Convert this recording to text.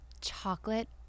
Chocolate